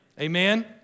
Amen